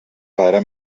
pare